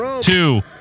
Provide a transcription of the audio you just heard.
Two